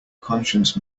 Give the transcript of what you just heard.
conscience